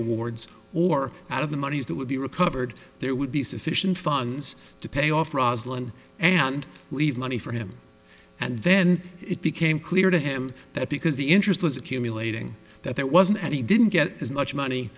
awards or out of the monies that would be recovered there would be sufficient funds to pay off roslan and leave money for him and then it became clear to him that because the interest was accumulating that there wasn't and he didn't get as much money